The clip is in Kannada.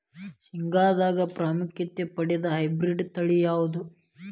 ಶೇಂಗಾದಾಗ ಪ್ರಾಮುಖ್ಯತೆ ಪಡೆದ ಹೈಬ್ರಿಡ್ ತಳಿ ಯಾವುದು?